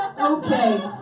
Okay